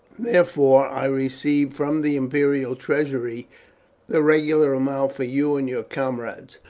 therefore i received from the imperial treasury the regular amount for you and your comrades.